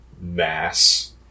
mass